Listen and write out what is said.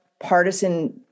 partisan